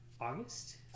August